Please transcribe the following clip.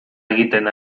egiten